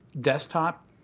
desktop